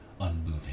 unmoving